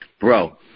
bro